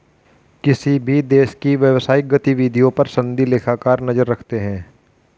किसी भी देश की व्यवसायिक गतिविधियों पर सनदी लेखाकार नजर रखते हैं